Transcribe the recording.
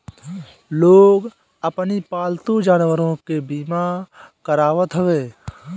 लोग अपनी पालतू जानवरों के बीमा करावत हवे